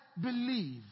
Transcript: believe